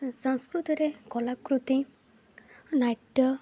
ସଂସ୍କୃତିରେ କଳାକୃତି ନାଟ୍ୟ